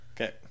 Okay